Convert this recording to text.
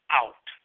out